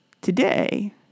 Today